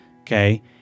Okay